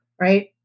right